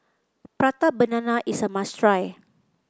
Prata Banana is a must try